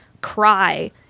cry